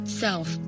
self